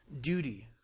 duty